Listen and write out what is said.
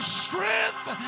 strength